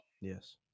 Yes